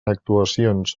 actuacions